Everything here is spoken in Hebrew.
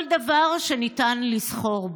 כל דבר שניתן לסחור בו.